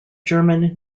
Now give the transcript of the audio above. german